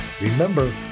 Remember